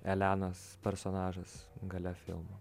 elenos personažas gale filmo